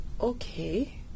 Okay